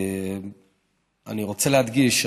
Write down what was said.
אני רוצה להדגיש,